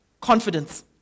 confidence